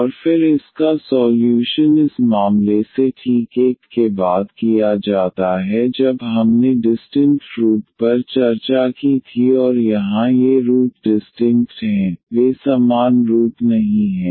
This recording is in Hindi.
और फिर इसका सॉल्यूशन इस मामले से ठीक 1 के बाद किया जाता है जब हमने डिस्टिंक्ट रूट पर चर्चा की थी और यहां ये रूट डिस्टिंक्ट हैं वे समान रूट नहीं हैं